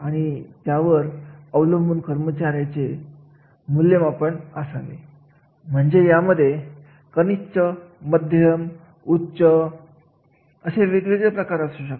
आणि कार्याचे मूल्यमापन हे एखाद्या विशिष्ट कार्यासाठी असते